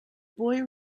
boy